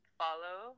follow